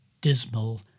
dismal